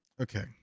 Okay